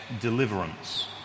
deliverance